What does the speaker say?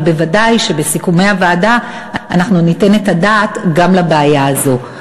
אבל ודאי שבסיכומי הוועדה אנחנו ניתן את הדעת גם לבעיה הזאת.